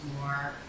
more